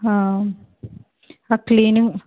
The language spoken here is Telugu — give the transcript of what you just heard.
ఆ క్లీనింగ్